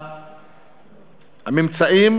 הממצאים